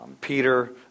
Peter